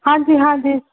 ਹਾਂਜੀ ਹਾਂਜੀ